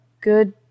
good